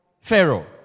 Pharaoh